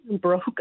broke